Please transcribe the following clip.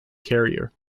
carrier